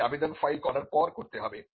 এটি আবেদন ফাইল করার পর করতে হবে